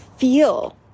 feel